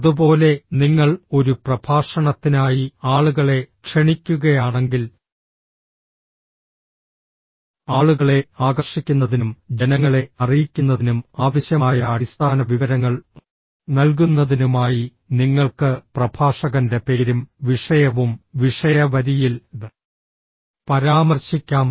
അതുപോലെ നിങ്ങൾ ഒരു പ്രഭാഷണത്തിനായി ആളുകളെ ക്ഷണിക്കുകയാണെങ്കിൽ ആളുകളെ ആകർഷിക്കുന്നതിനും ജനങ്ങളെ അറിയിക്കുന്നതിനും ആവശ്യമായ അടിസ്ഥാന വിവരങ്ങൾ നൽകുന്നതിനുമായി നിങ്ങൾക്ക് പ്രഭാഷകന്റെ പേരും വിഷയവും വിഷയ വരിയിൽ പരാമർശിക്കാം